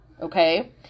Okay